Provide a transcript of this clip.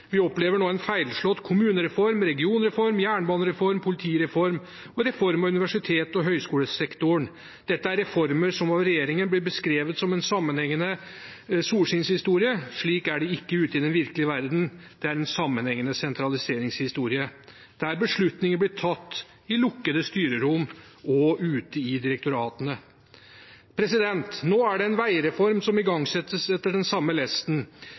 Vi opplever nå en feilslått kommunereform, regionreform, jernbanereform, politireform og reform av universitets- og høyskolesektoren. Dette er reformer som av regjeringen blir beskrevet som en sammenhengende solskinnshistorie. Slik er det ikke ute i den virkelige verden. Det er en sammenhengende sentraliseringshistorie, der beslutninger blir tatt i lukkede styrerom og ute i direktoratene. Nå er det en veireform som igangsettes over den samme lesten.